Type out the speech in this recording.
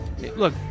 Look